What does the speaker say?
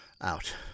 out